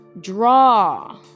draw